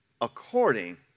According